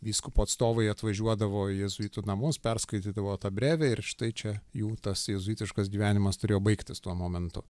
vyskupo atstovai atvažiuodavo į jėzuitų namus perskaitydavo tą brevę ir štai čia jų tas jėzuitiškas gyvenimas turėjo baigtis tuo momentu